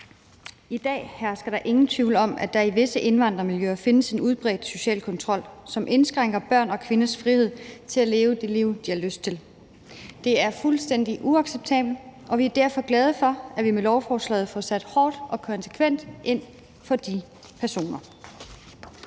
I dag hersker der ingen tvivl om, at der i visse indvandrermiljøer findes en udbredt social kontrol, som indskrænker børn og kvinders frihed til at leve det liv, de har lyst til. Det er fuldstændig uacceptabelt, og vi er derfor glade for, at vi med lovforslaget får sat hårdt og konsekvent ind mod udøverne